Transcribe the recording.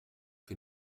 que